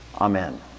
Amen